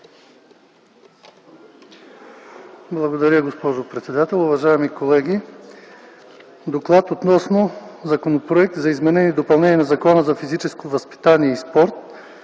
Благодаря, госпожо председател. Уважаеми колеги! „ДОКЛАД относно Законопроект за изменение и допълнение на Закона за физическото възпитание и спорта